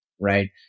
Right